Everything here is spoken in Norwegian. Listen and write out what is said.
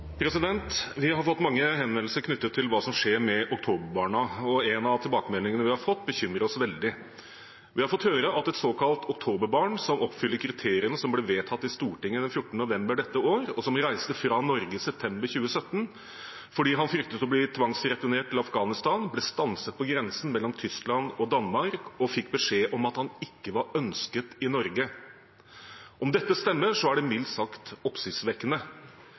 Vi har fått mange henvendelser knyttet til hva som skjer med oktoberbarna. En av tilbakemeldingene vi har fått, bekymrer oss veldig. Vi har fått høre at et såkalt oktoberbarn som oppfyller kriteriene som ble vedtatt i Stortinget 14. november dette år, og som reiste fra Norge i september 2017 fordi han fryktet å bli tvangsreturnert til Afghanistan, ble stanset på grensen mellom Tyskland og Danmark og fikk beskjed om at han ikke var ønsket i Norge. Om dette stemmer, er det mildt sagt oppsiktsvekkende.